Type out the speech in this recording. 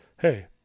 hey